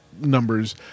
numbers